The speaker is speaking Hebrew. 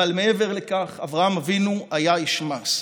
אבל מעבר לכך אברהם אבינו היה איש מעש.